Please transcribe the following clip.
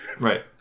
Right